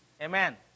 Amen